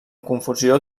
confusió